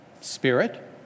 spirit